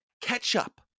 ketchup